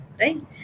right